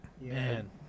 Man